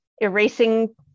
erasing